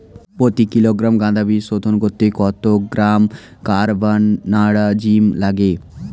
প্রতি কিলোগ্রাম গাঁদা বীজ শোধন করতে কত গ্রাম কারবানডাজিম লাগে?